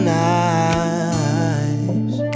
nice